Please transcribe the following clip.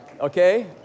Okay